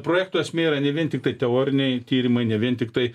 projekto esmė yra ne vien tiktai teoriniai tyrimai ne vien tiktai